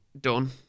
done